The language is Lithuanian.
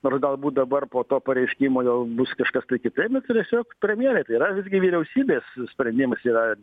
nors galbūt dabar po to pareiškimo vėl bus kažkas tai kitaip na tai tiesiog premjerė tai yra visgi vyriausybės sprendimas yra